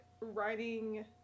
writing